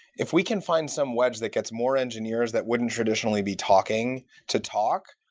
if we can find some webs that gets more engineers that wouldn't traditionally be talking to talk,